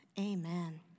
amen